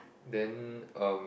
then um